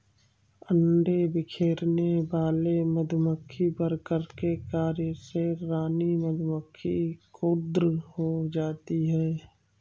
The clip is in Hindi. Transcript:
अंडे बिखेरने वाले मधुमक्खी वर्कर के कार्य से रानी मधुमक्खी क्रुद्ध हो जाती है